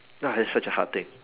ah it's such a hard thing